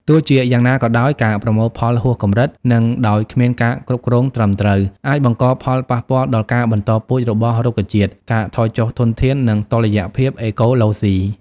ទោះជាយ៉ាងណាក៏ដោយ ការប្រមូលផលហួសកម្រិត និងដោយគ្មានការគ្រប់គ្រងត្រឹមត្រូវ អាចបង្កផលប៉ះពាល់ដល់ការបន្តពូជរបស់រុក្ខជាតិ ការថយចុះធនធាន និងតុល្យភាពអេកូឡូស៊ី។